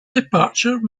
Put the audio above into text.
departure